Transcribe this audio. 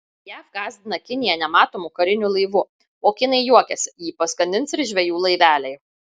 jav gąsdina kiniją nematomu kariniu laivu o kinai juokiasi jį paskandins ir žvejų laiveliai